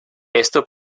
esto